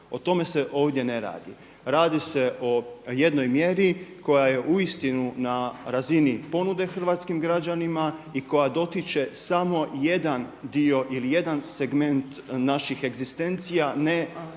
O tome se ovdje ne radi. Radi se o jednoj mjeri koja je uistinu na razini ponude hrvatskim građanima i koja dotiče samo jedan dio ili jedan segment naših egzistencija a ne